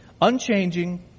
unchanging